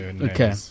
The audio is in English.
Okay